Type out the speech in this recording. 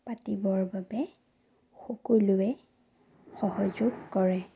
পাতিবৰ বাবে সকলোৱে সহযোগ কৰে